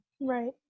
Right